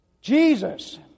Jesus